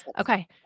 okay